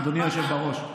ירצה ללמוד יותר,